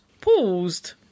paused